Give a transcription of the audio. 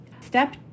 Step